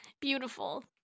Beautiful